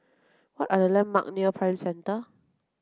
what are the landmark near Prime Centre